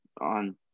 on